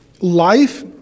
Life